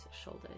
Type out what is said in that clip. shoulder